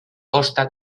costa